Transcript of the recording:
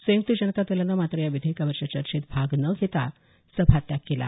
संयुक्त जनता दलानं मात्र या विधेयकावरच्या चर्चेत भाग न घेता सभात्याग केला